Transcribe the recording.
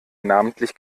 namentlich